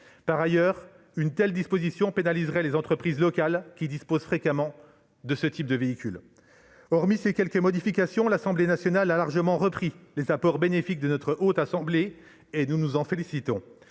Par ailleurs, une telle disposition pénaliserait les entreprises locales qui disposent fréquemment de ce type de véhicules. Hormis quelques modifications, l'Assemblée nationale a largement repris les apports bénéfiques de notre Haute Assemblée, ce dont nous nous réjouissons.